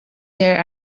there